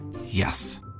Yes